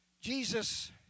Jesus